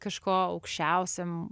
kažko aukščiausiam